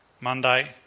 Monday